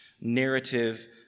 narrative